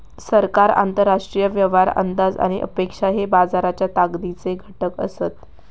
सरकार, आंतरराष्ट्रीय व्यवहार, अंदाज आणि अपेक्षा हे बाजाराच्या ताकदीचे घटक असत